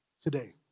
today